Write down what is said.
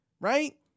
Right